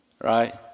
right